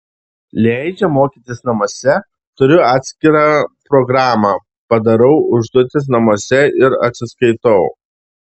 leidžia mokytis namuose turiu atskirą programą padarau užduotis namuose ir atsiskaitau